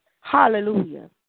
Hallelujah